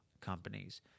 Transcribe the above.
companies